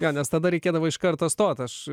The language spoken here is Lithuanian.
jo nes tada reikėdavo iš karto stot aš